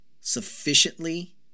sufficiently